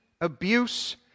abuse